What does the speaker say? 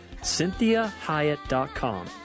CynthiaHyatt.com